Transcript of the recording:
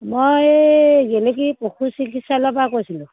মই গেলেকী পশু চিকিৎসালয়ৰপৰা কৈছিলোঁ